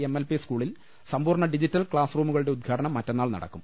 M L P സ്കൂളിൽ സമ്പൂർണ്ണ digital class റൂമുകളുടെ ഉദ്ഘാ ടനം മറ്റന്നാൾ നടക്കും